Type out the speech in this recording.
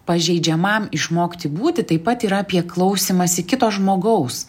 pažeidžiamam išmokti būti taip pat yra apie klausymąsi kito žmogaus